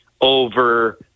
over